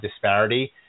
disparity